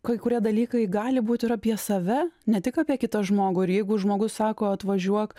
kai kurie dalykai gali būt ir apie save ne tik apie kitą žmogų ir jeigu žmogus sako atvažiuok